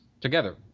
together